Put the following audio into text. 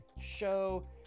show